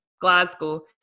Glasgow